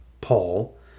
Paul